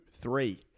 three